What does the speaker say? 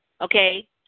Okay